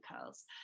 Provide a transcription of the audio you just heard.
curls